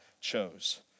chose